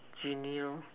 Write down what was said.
genie lor